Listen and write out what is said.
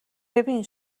ببین